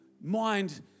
mind